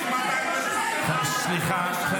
--- סליחה.